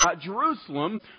Jerusalem